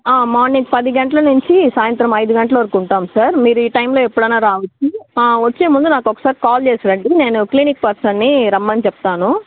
ఆ మార్నింగ్ పది గంటలు నుంచి సాయంత్రం ఐదు గంటల వరకు ఉంటాము సార్ మీరు ఈ టైంలో ఎప్పుడైనా రావచ్చు వచ్చే ముందు నాకు ఒకసారి కాల్ చేసి రండి నేను క్లినిక్ పర్సన్ని రమ్మని చెప్తాను